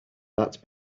that